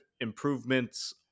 improvements